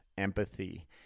empathy